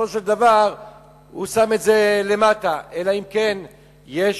ושם את זה למטה, אלא אם כן יש